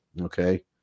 okay